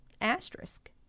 asterisk